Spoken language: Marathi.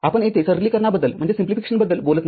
आपण येथे सरलीकरणाबद्दल बोलत नाही